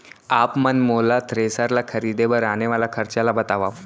आप मन मोला थ्रेसर ल खरीदे बर आने वाला खरचा ल बतावव?